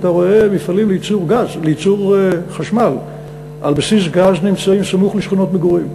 ואתה רואה מפעלים לייצור חשמל על בסיס גז שנמצאים סמוך לשכונות מגורים.